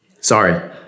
Sorry